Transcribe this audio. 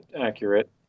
accurate